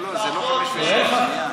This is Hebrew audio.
זה על דעת כולם?